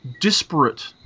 disparate